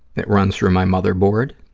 that runs through my motherboard.